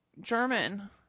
German